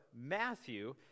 Matthew